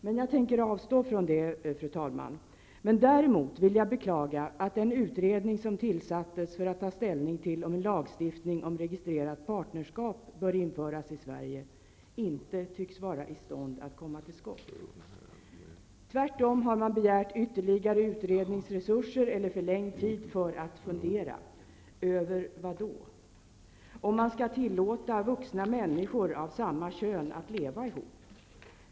Jag tänker emellertid avstå från det, fru talman. Däremot vill jag beklaga att den utredning som tillsattes för att ta ställning till om en lagstiftning om registrerat partnerskap bör införas i Sverige inte tycks vara i stånd att komma till skott. Tvärtom har man begärt ytterligare utredningsresurser eller förlängd tid för att fundera. Över vad då? Skall man fundera över om man skall tillåta vuxna människor av samma kön att leva ihop?